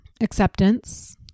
acceptance